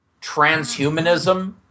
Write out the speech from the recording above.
transhumanism